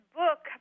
book